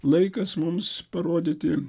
laikas mums parodyti